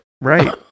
Right